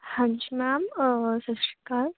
ਹਾਂਜੀ ਮੈਮ ਸਤਿ ਸ਼੍ਰੀ ਅਕਾਲ